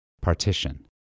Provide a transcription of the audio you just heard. partition